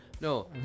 No